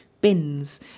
bins